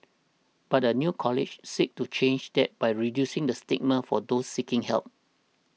but a new college seeks to change that by reducing the stigma for do seeking help